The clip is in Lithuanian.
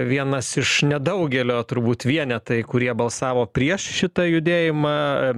vienas iš nedaugelio turbūt vienetai kurie balsavo prieš šitą judėjimą